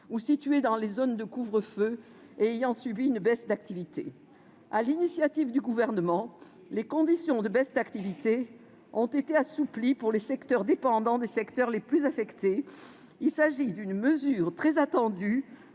ou situés dans les zones de couvre-feu et ayant subi une baisse d'activité. À l'initiative du Gouvernement, les conditions de baisse d'activité ont été assouplies pour les secteurs dépendants des secteurs les plus affectés. Il s'agit d'une mesure très attendue